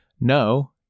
no